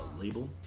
label